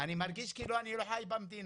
אני מרגיש כאילו אני לא חי במדינה.